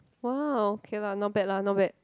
!wow! okay lah not bad lah not bad